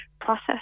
process